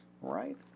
right